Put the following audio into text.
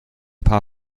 paar